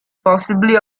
possibly